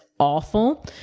awful